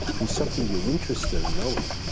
be something you're interested in knowing,